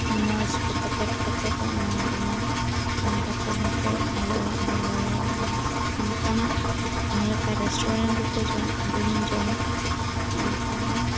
ᱢᱚᱸᱡᱽ ᱠᱚ ᱯᱮᱠᱮᱴ ᱠᱟᱛᱮ ᱠᱚ ᱮᱢᱟᱫᱤᱧᱟ ᱮᱢ ᱠᱟᱛᱮ ᱡᱟᱛᱮ ᱤᱧ ᱟᱞᱮ ᱚᱲᱟᱜ ᱦᱚᱲ ᱢᱟᱱᱮ ᱚᱱᱠᱟᱱᱟᱜ ᱡᱟᱦᱟᱸ ᱞᱮᱠᱟ ᱨᱮᱥᱴᱩᱨᱮᱱᱴ ᱨᱮᱠᱚ ᱡᱚᱢ ᱫᱟᱲᱮᱧ ᱡᱚᱢ ᱚᱱᱠᱟ ᱜᱮ